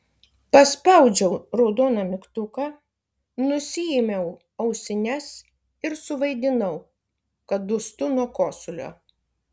paspaudžiau raudoną mygtuką nusiėmiau ausines ir suvaidinau kad dūstu nuo kosulio